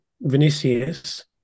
Vinicius